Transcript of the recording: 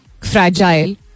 fragile